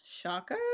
shocker